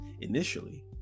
initially